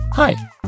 Hi